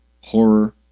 horror